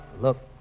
Look